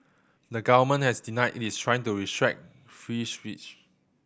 the government has denied it is trying to restrict free speech